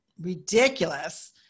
ridiculous